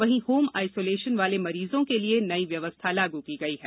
वहीं home isolation वाले मरीजों के लिए नई व्यवस्था लागू की गई है